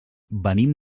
venim